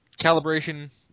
calibration